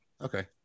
okay